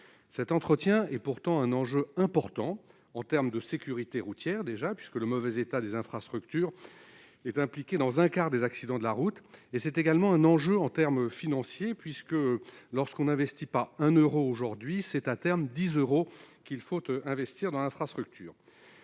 cet entretien et pourtant un enjeu important en terme de sécurité routière déjà puisque le mauvais état des infrastructures est impliqué dans un quart des accidents de la route et c'est également un enjeu en termes financiers, puisque lorsqu'on investit pas un Euro aujourd'hui, c'est un terme 10 euros, qu'il faut investir dans l'infrastructure,